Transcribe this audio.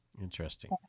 Interesting